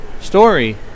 story